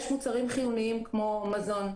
יש מוצרים חיוניים כמו מזון,